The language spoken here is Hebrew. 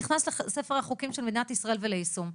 נכנס לספר החוקים של מדינת ישראל וליישום.